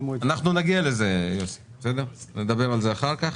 נגיע לזה יוסי, נדבר על זה אחר כך.